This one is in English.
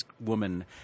woman